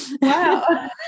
wow